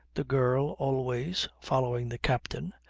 the girl, always following the captain,